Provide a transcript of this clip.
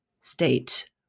state